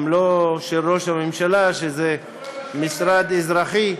גם לא ראש הממשלה, שזה משרד אזרחי,